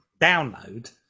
download